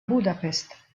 budapest